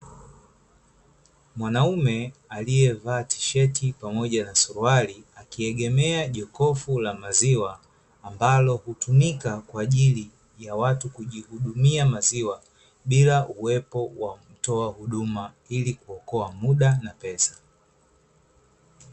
Mwanaume aliyevaa tisheti pamoja na suruali, akiegemea jokofu la maziwa, ambalo hutumika kwa ajili ya watu kujihudumia maziwa bila kuwepo kwa mtoa huduma ili kuokoa muda na pesa.